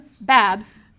Babs